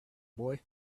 boy